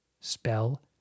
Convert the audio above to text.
spell